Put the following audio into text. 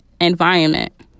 environment